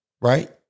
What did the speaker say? right